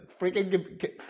freaking